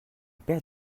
paire